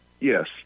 Yes